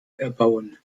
erbauen